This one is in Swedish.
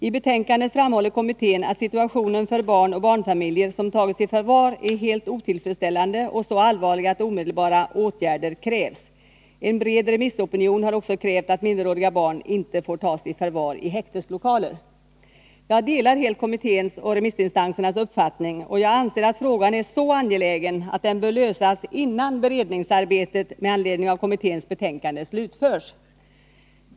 I betänkandet framhåller kommittén att situationen för barn och barnfamiljer som tagits i förvar är helt otillfredsställande och så allvarlig att omedelbara åtgärder krävs. En bred remissopinion har också krävt att minderåriga barn inte får tas i förvar i Jag delar helt kommitténs och remissinstansernas uppfattning, och jag anser att frågan är så angelägen att den bör lösas innan beredningsarbetet med anledning av kommitténs betänkande slutförts.